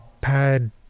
Pad